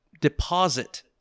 deposit